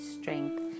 strength